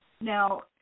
Now